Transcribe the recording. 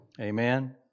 Amen